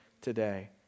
today